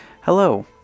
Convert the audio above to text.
Hello